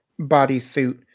bodysuit